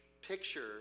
picture